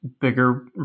bigger